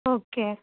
okay